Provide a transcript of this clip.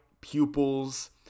pupils